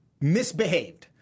misbehaved